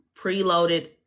preloaded